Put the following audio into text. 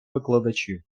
викладачів